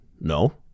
no